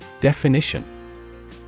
Definition